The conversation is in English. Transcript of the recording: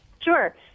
Sure